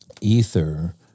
Ether